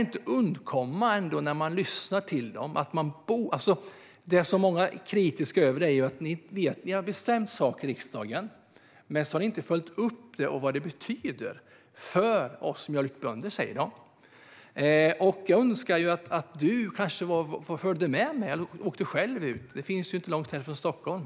Det som många mjölkbönder är kritiska mot är att det har bestämts en sak i riksdagen, men sedan har man inte följt upp det och vad det betyder för mjölkbönderna. Jag önskar att du följde med mig eller åkte själv och besökte mjölkgårdar. Det finns ju flera sådana inte långt från Stockholm.